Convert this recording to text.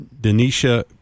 Denisha